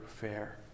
fair